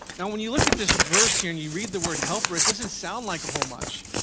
now, when you look at this verse here and you read the word helper, it doesn't sound like a whole much,